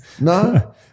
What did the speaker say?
No